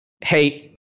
hey